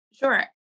Sure